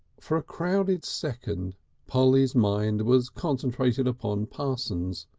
for a crowded second polly's mind was concentrated upon parsons,